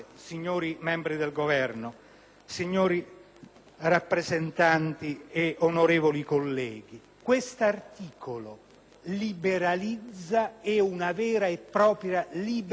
signori rappresentanti e onorevoli colleghi, questo articolo è una vera e propria liberalizzazione delle molestie telefoniche.